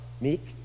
meek